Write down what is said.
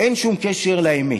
אין שום קשר לאמת.